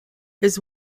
his